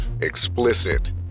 explicit